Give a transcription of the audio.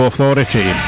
authority